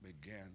began